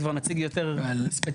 אז כבר נציג יותר ספציפית.